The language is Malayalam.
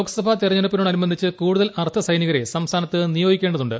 ലോക്സഭാ തെരഞ്ഞെടുപ്പിനോട് അനുബന്ധി ച്ച് കൂടുതൽ അർദ്ധസൈനികരെ സംസ്ഥാനത്ത് നിയോഗിക്കേണ്ട തുണ്ട്